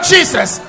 Jesus